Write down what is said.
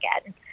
again